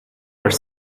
are